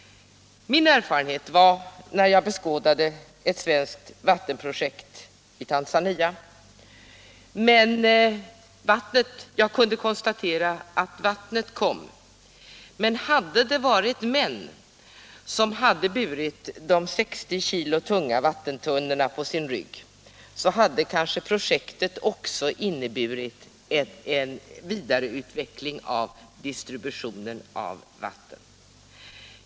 Min erfarenhet när jag beskådade ett svenskt vattenprojekt i Tanzania var att vattnet visserligen kom, men hade det varit män som burit de 60 kg tunga vattentunnorna på sin rygg hade projektet kanske också omfattat utveckling av distributionen av vatten.